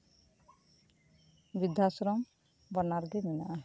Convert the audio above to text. ᱵᱨᱤᱫᱽᱫᱷᱟᱥᱨᱚᱢ ᱵᱟᱱᱟᱨ ᱜᱮ ᱢᱮᱱᱟᱜᱼᱟ